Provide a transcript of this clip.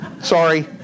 Sorry